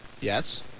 Yes